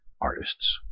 artists